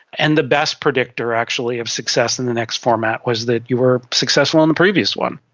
and the best predictor actually of success in the next format was that you were successful in the previous one.